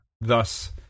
thus